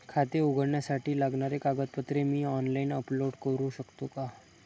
खाते उघडण्यासाठी लागणारी कागदपत्रे मी ऑनलाइन अपलोड करू शकतो का?